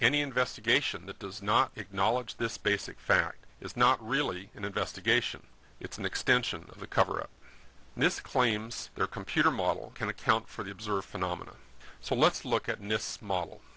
any investigation that does not acknowledge this basic fact is not really an investigation it's an extension of the cover up this claims their computer model can account for the observed phenomena so let's look at